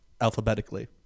alphabetically